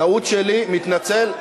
טעות שלי, מתנצל.